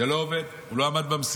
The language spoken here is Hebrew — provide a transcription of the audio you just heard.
זה לא עובד, הוא לא עמד במשימה.